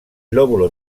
lóbulo